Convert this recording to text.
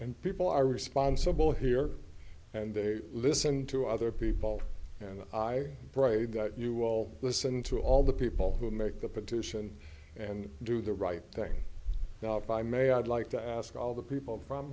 and people are responsible here and they listen to other people and i pray that you will listen to all the people who make the petition and do the right thing now if i may i'd like to ask all the people from